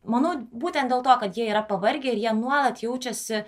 manau būtent dėl to kad jie yra pavargę ir jie nuolat jaučiasi